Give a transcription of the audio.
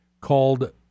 called